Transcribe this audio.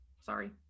sorry